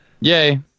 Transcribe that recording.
Yay